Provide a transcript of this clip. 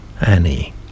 annie